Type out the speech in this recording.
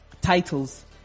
Titles